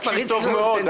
אני מקשיב טוב מאוד.